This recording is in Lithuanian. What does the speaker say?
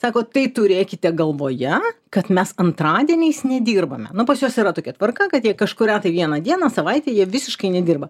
sako tai turėkite galvoje kad mes antradieniais nedirbame nu pas juos yra tokia tvarka kad jei kažkurią tai vieną dieną savaitę jie visiškai nedirba